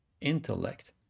intellect